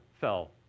fell